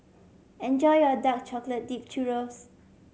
enjoy your dark chocolate dipped churros